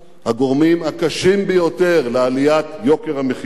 הגורמים הקשים ביותר לעליית יוקר המחיה.